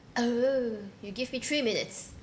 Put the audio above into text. oh you give me three minutes